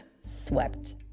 swept